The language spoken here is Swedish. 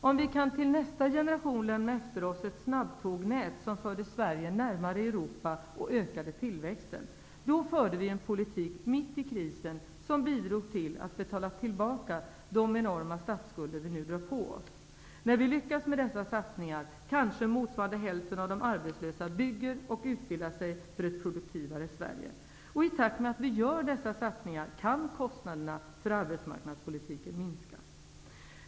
Om vi kan till nästa generation lämna efter oss ett snabbtågnät som förde Sverige närmare Europa och ökade tillväxten, förde vi en politik mitt i krisen som bidrog till att betala tillbaka de enorma statsskulder som vi nu drar på oss. När vi lyckas med dessa satsningar, kanske motsvarande hälften av de arbetslösa bygger och utbildar sig för ett produktivare Sverige. I takt med att vi gör dessa satsningar kan kostnaderna för arbetsmarknadspolitiken minska.